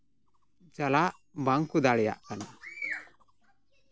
ᱪᱟᱞᱟᱜ ᱵᱟᱝᱠᱚ ᱫᱟᱲᱮᱭᱟᱜ ᱠᱟᱱᱟ